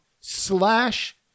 slash